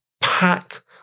pack